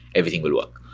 everything will work.